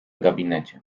gabinecie